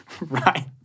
Right